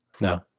No